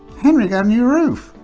henry got a new roof